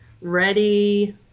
Ready